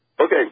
Okay